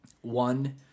one